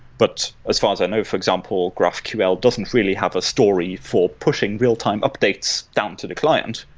but as far as i know, for example, graphql doesn't really have a story for pushing real-time updates down to the client.